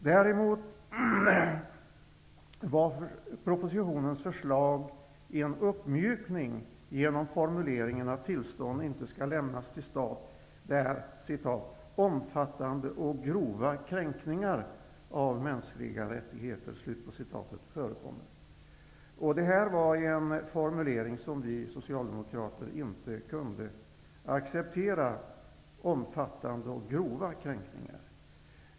Däremot var förslaget i propositionen en uppmjukning genom formuleringen att tillstånd inte skall lämnas till stat där ''omfattande och grova kränkningar av mänskliga rättigheter förekommer''. Det här var en formulering som vi socialdemokrater inte kunde acceptera, dvs.